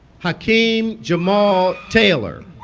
hakeem jamal tayler